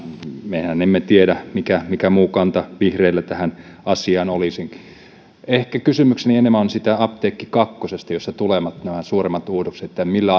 mehän emme tiedä mikä mikä muu kanta vihreillä tähän asiaan olisi ehkä kysymykseni enemmän on siitä apteekki kakkosesta jossa tulevat nämä suuremmat muutokset millä